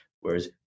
whereas